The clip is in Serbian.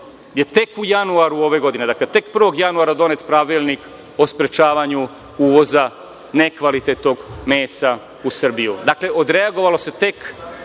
je tek u januaru ove godine, dakle tek 1. januara donet Pravilnik o sprečavanju uvoza nekvalitetnog mesa u Srbiju. Dakle, odreagovalo se tek